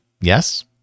Yes